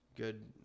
Good